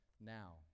now